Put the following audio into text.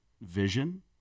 vision